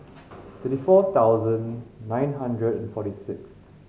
thirty four thousand nine hundred and forty six